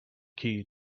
key